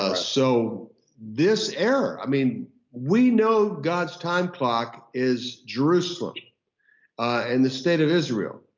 ah so this error, i mean we know god's timeclock is jerusalem and the state of israel.